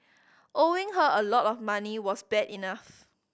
owing her a lot of money was bad enough